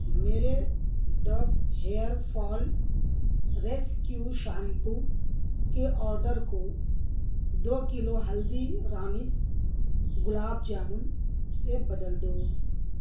میرے Dove hair fall rescue shampoo کے order کو دو کلو ہلدی رامز گلاب جامن سے بدل دو